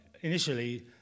initially